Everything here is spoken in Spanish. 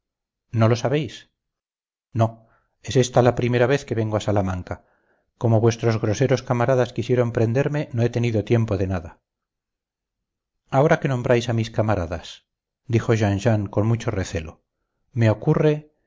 no lo sabéis no es esta la primera vez que vengo a salamanca como vuestros groseros camaradas quisieron prenderme no he tenido tiempo de nada ahora que nombráis a mis camaradas dijo jean jean con mucho recelo me ocurre